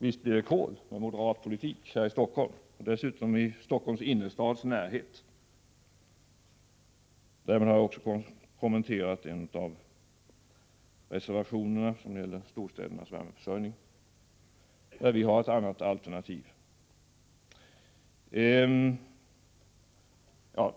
Visst blir det kol med moderat politik här i Stockholm — dessutom i Stockholms innerstads närhet! Därmed har jag också kommenterat en av reservationerna, som gäller storstädernas värmeförsörjning, där vi kräver lågvärme i fjärrvärmenätet för statsbidrag.